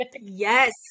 yes